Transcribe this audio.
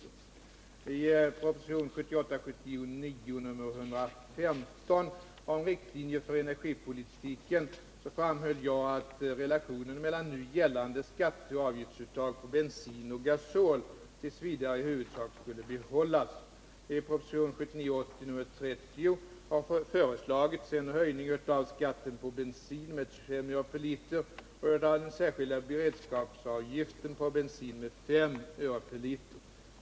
I prop. 1978 80:30 har föreslagits en höjning av skatten på bensin med 25 öre perliter och av den särskilda beredskapsavgiften på bensin med 5 öre per liter.